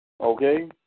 Okay